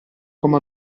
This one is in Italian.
come